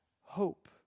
hope